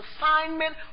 assignment